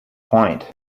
point